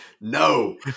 no